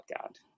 God